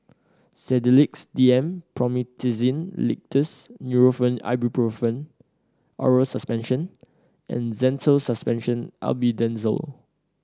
Sedilix D M Promethazine Linctus Nurofen Ibuprofen Oral Suspension and Zental Suspension Albendazole